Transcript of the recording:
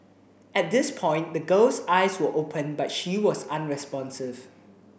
at this point the girl's eyes were open but she was unresponsive